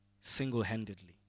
single-handedly